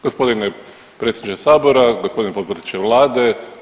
Gospodine predsjedniče sabora, gospodine potpredsjedniče vlade.